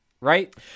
right